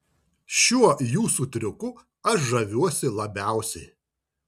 šiuo jūsų triuku aš žaviuosi labiausiai